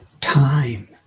time